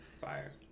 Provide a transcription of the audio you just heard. fire